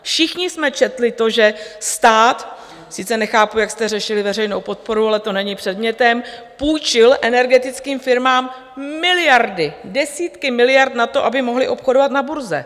Všichni jsme četli to, že stát sice nechápu, jak jste řešili veřejnou podporu, ale to není předmětem půjčil energetickým firmám miliardy, desítky miliard na to, aby mohly obchodovat na burze.